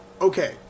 okay